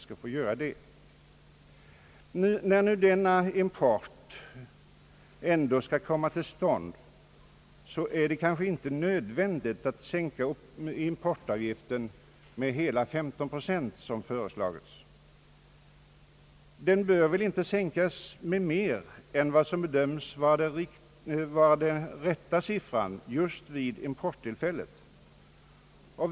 När nu denna import ändå skall komma till stånd är det inte nödvändigt att sänka importavgiften med hela 15 procent som föreslagits. Den bör väl inte sänkas med mera än vad som bedöms vara den rätta siffran just vid importtillfället.